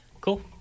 Cool